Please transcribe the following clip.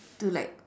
to like